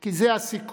כי זה הסיכוי,